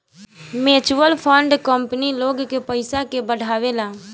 mutual fund company लोग के पयिसा के बढ़ावेला